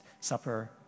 Supper